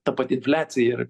ta pati infliacija ir